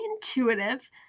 intuitive